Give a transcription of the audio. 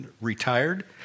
retired